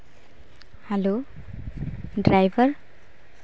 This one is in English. hello driver